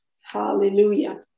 Hallelujah